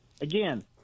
again